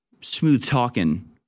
smooth-talking